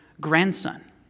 grandson